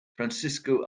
francisco